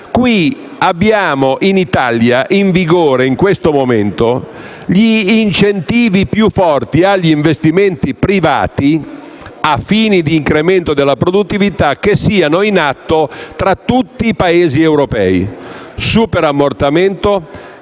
abbiamo in vigore in questo momento gli incentivi più forti agli investimenti privati, a fini di incremento della produttività, che siano in atto tra tutti i Paesi europei: superammortamento,